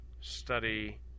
study